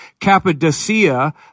Cappadocia